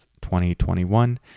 2021